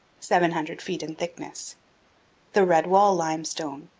seven hundred feet in thickness the red wall limestone,